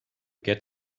get